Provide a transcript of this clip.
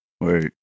Wait